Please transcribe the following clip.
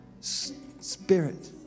spirit